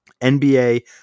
NBA